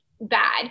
bad